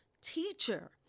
teacher